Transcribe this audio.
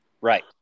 Right